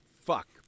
fuck